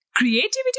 Creativity